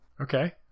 okay